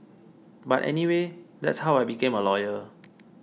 but anyway that's how I became a lawyer